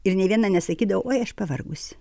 ir nei viena nesakydavo uoj aš pavargusi